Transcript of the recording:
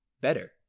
better